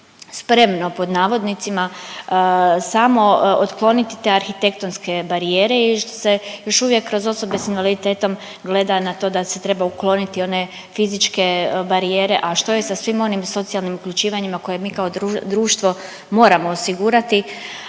spremno pod navodnicima samo otkloniti te arhitektonske barijere i što se još uvijek kroz osobe s invaliditetom gleda na to da se treba ukloniti one fizičke barijere, a što je sa svim onim socijalnim uključivanjima koje mi kao društvo moramo osigurati,